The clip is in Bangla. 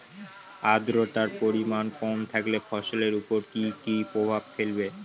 আদ্রর্তার পরিমান কম থাকলে ফসলের উপর কি কি প্রভাব ফেলবে?